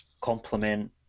complement